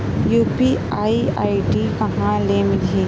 UPI ID कहां ले मिलही?